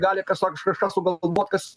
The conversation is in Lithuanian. gali kas nors kažką sugalvot kas